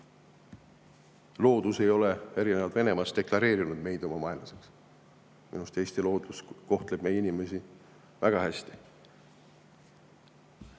Loodus ei ole erinevalt Venemaast deklareerinud meid oma vaenlaseks. Minu arust Eesti loodus kohtleb meie inimesi väga hästi.